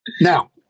Now